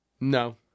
No